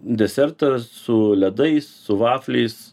desertą su ledais su vafliais